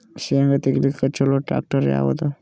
ಶೇಂಗಾ ತೆಗಿಲಿಕ್ಕ ಚಲೋ ಟ್ಯಾಕ್ಟರಿ ಯಾವಾದು?